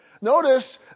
Notice